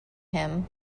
him